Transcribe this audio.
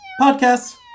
Podcasts